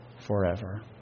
forever